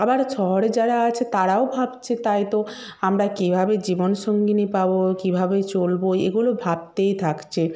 আবার শহরে যারা আছে তারাও ভাবছে তাই তো আমরা কীভাবে জীবনসঙ্গিনী পাব কীভাবে চলব এগুলি ভাবতেই থাকছে